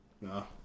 No